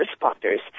responders